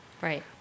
Right